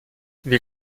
wir